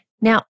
Now